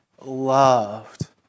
loved